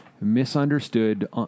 misunderstood